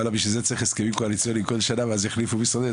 בשביל זה צריך הסכמים קואליציוניים כל שנה ואז יחליפו משרדים,